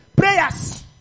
Prayers